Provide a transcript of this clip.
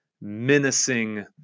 menacing